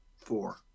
Four